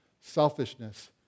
selfishness